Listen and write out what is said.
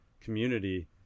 community